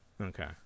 Okay